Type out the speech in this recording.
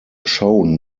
shown